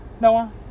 Noah